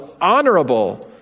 honorable